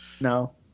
No